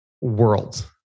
world